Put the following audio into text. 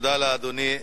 תודה לאדוני.